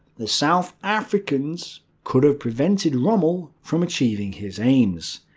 the south africans could have prevented rommel from achieving his aims,